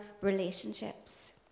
relationships